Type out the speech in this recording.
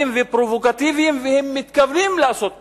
ופרובוקטיביים ומתכוונים לעשות פרובוקציה,